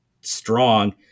strong